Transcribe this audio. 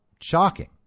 shocking